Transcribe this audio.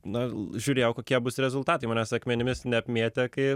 na žiūrėjau kokie bus rezultatai manęs akmenimis neapmėtė kai